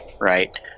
right